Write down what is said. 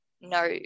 no